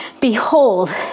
behold